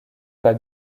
pas